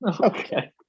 Okay